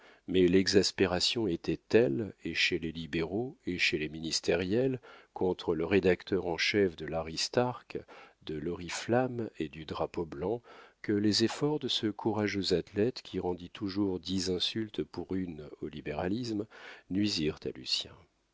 mais l'exaspération était telle et chez les libéraux et chez les ministériels contre le rédacteur en chef de l'aristarque de l'oriflamme et du drapeau blanc que les efforts de ce courageux athlète qui rendit toujours dix insultes pour une au libéralisme nuisirent à lucien